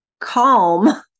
calm